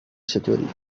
چطوری